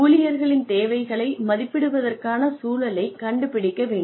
ஊழியர்களின் தேவைகளை மதிப்பிடுவதற்கான சூழலைக் கண்டுபிடிக்க வேண்டும்